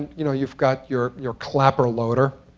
you know you've got your your clapper loader.